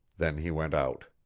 then he went out.